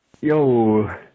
Yo